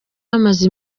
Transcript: amaze